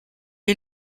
est